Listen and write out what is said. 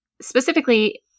Specifically